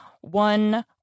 One